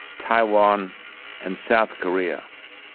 taiwan and south korea.